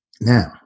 Now